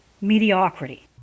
mediocrity